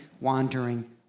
wandering